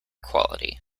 quality